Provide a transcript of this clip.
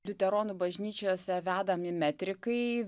liuteronų bažnyčiose vedami metrikai